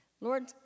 Lord